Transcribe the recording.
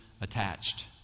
attached